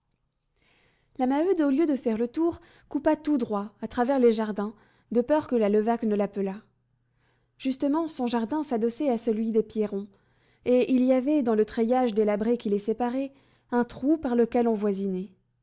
la maheude au lieu de faire le tour coupa tout droit à travers les jardins de peur que la levaque ne l'appelât justement son jardin s'adossait à celui des pierron et il y avait dans le treillage délabré qui les séparait un trou par lequel on voisinait